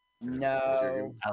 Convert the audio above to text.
No